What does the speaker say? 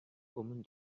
өмнө